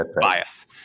bias